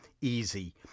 Easy